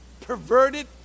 perverted